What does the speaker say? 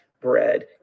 bread